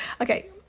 Okay